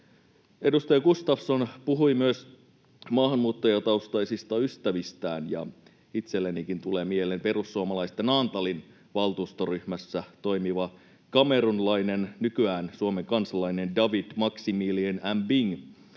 edustaja Gustafsson puhui myös maahanmuuttajataustaisista ystävistään, ja itsellenikin tulee mieleen perussuomalaisten Naantalin valtuustoryhmässä toimiva kamerunilainen, nykyään Suomen kansalainen David Maximilien Mbing.